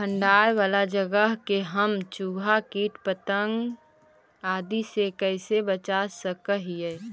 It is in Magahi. भंडार वाला जगह के हम चुहा, किट पतंग, आदि से कैसे बचा सक हिय?